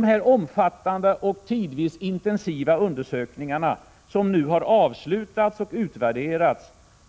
Dessa omfattande och tidvis intensiva undersökningar, som nu har avslutats och utvärderats,